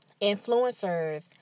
influencers